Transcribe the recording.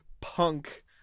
punk